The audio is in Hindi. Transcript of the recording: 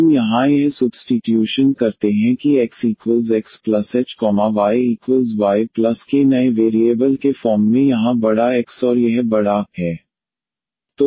हम यहां यह सुब्स्टीट्यूशन करते हैं कि xXh yYk नए वेरिएबल के फॉर्म में यहाँ बड़ा X और यह बड़ा Y है